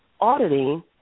auditing